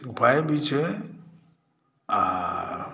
पाइ भी छै आ